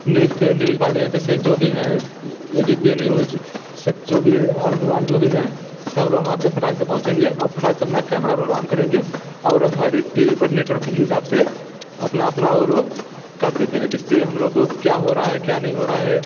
news पर news वाले जैसे जो भी हैं ए बी पी न्यूज सब जो भी है ऑल टू ऑल जो भी हैं सब लोग वहाँ पर फटाक से पहुंचेंगे और फटाक से अपना कैमरा रोल ऑन करेंगे और हर एक टी वी पर नेटवर्किंग के हिसाब से अपना अपना वो लोग कर देते हैं जिससे हम लोग को क्या हो रहा है क्या नहीं हो रहा है